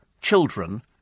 children